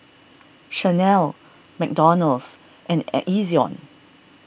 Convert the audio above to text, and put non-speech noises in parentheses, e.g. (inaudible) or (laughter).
Chanel McDonald's and (hesitation) Ezion